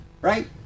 Right